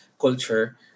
culture